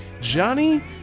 Johnny